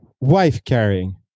wife-carrying